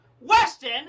Weston